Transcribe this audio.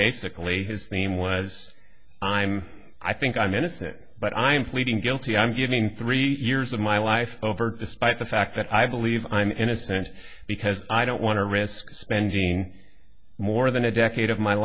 basically his theme was i'm i think i'm innocent but i'm pleading guilty i'm giving three years of my life over despite the fact that i believe i'm innocent because i don't want to risk spending more than a decade of my